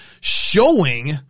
showing